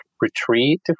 retreat